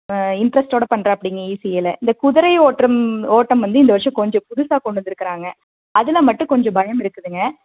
இன்ட்ரெஸ்டோடு பண்றாப்பிடிங்க இசிஏல இந்த குதிரை ஓட்டம் ஓட்டம் வந்து இந்த வருஷம் கொஞ்சம் புதுசாக கொண்டு வந்திருக்கறாங்க அதில் மட்டும் கொஞ்சம் பயம் இருக்குதுங்க